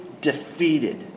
defeated